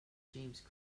james